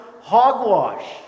hogwash